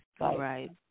Right